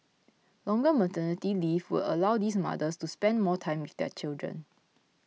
longer maternity leave would allow these mothers to spend more time with their children